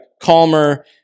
calmer